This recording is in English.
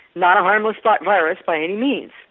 not a harmless but virus by any means.